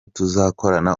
tuzakorana